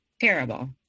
terrible